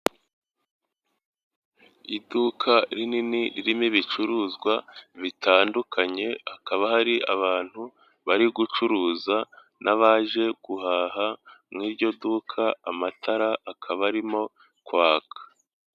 Iduka rinini ririmo ibicuruzwa bitandukanye, hakaba hari abantu bari gucuruza n'abaje guhaha mu iryo duka, amatara akaba arimo kwaka.